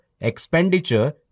expenditure